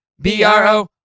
B-R-O